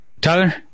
Tyler